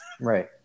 Right